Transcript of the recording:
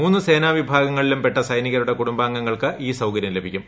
മൂന്നു സേനാ വിഭാഗങ്ങളിലും പെട്ട സൈനികരുടെ കുടുംബാംഗങ്ങൾക്ക് ഈ സൌകര്യം ലഭിക്കും